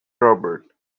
robert